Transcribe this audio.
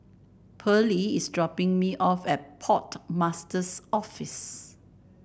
Pearly is dropping me off at Port Master's Office